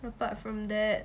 apart from that